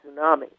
tsunami